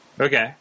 Okay